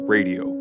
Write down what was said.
Radio